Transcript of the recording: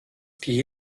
die